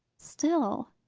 still,